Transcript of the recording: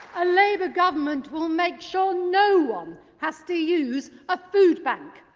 a labour government will make sure no-one has to use a food bank!